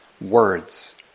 words